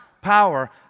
Power